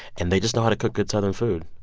and they just know how to cook good southern food.